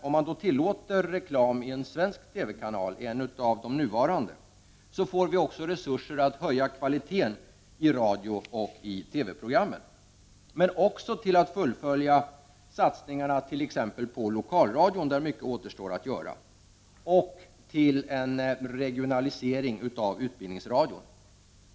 Om man tillåter reklam i en av de nuvarande svenska TV-kanalerna, får vi också resurser för att höja kvaliteten på radiooch TV-programmen men också för att fullfölja satsningarna på t.ex. lokalradion, där mycket återstår att göra, liksom för en regionalisering av utbildningsradion.